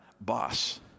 boss